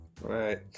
Right